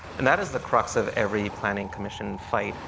and that is the crux of every planning commission fight.